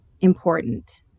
important